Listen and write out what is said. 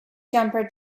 jumper